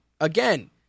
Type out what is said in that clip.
Again